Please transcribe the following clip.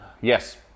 Yes